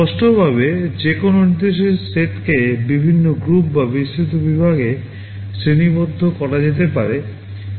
স্পষ্টভাবে যেকোন নির্দেশের সেটকে বিভিন্ন গ্রুপ বা বিস্তৃত বিভাগে শ্রেণিবদ্ধ করা যেতে পারে